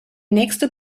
nächste